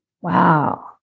Wow